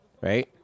right